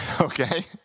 Okay